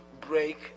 break